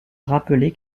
rappeler